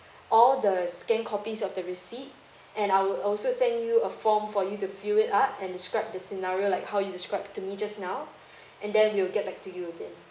all the scan copies of the receipt and I will also send you a form for you to fill it up and describe the scenario like how you describe to me just now and then we'll get back to you again